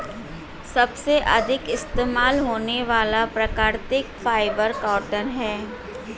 सबसे अधिक इस्तेमाल होने वाला प्राकृतिक फ़ाइबर कॉटन है